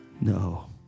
No